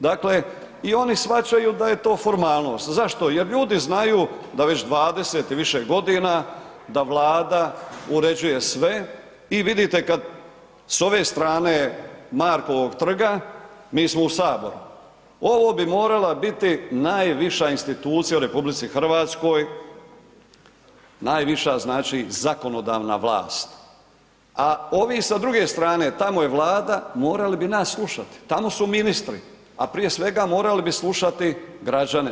Dakle i oni shvaćaju da je to formalnost, zašto, jer ljudi znaju da već 20 i više godina da Vlada uređuje sve i vidite kad s ove strane Markovog trga, mi smo u saboru, ovo bi morala biti najviša institucija u RH, najviša znači zakonodavna vlast, a ovi sa druge strane tamo je Vlada morali bi nas slušati, tamo su ministri, a prije svega morali bi slušati građane.